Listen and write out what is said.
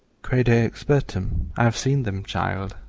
crede expertum i have seen them, child.